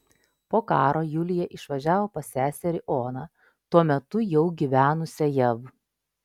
po karo julija išvažiavo pas seserį oną tuo metu jau gyvenusią jav